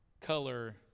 color